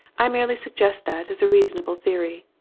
i merely suggest that as a reasonable theory.